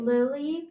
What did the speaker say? Lily